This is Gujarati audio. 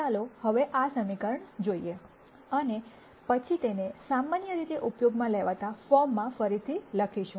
ચાલો હવે આ સમીકરણ જોઈએ અને પછી તેને સામાન્ય રીતે ઉપયોગમાં લેવાતા ફોર્મમાં ફરીથી લખીશું